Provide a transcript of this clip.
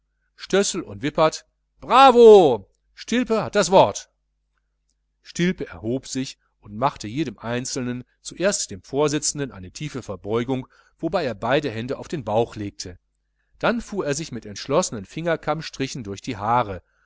stössel und wippert bravo stilpe hat das wort stilpe erhob sich und machte jedem einzelnen zuerst dem vorsitzenden eine tiefe verbeugung wobei er beide hände auf den bauch legte dann fuhr er sich mit entschlossenen fingerkammstrichen durch die haare